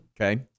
Okay